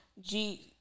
G-